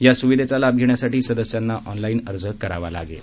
या सुविधेचा लाभ घेण्यासाठी सदस्यांना ऑनलाजे अर्ज करावा लागेल